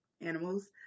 animals